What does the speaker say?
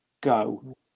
go